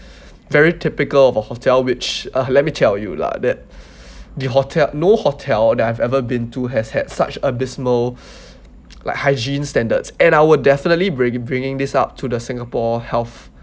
very typical of a hotel which uh let me tell you lah that the hotel no hotel that I've ever been to has had such a dismal like hygiene standards and I'll definitely bringing bringing this up to the singapore health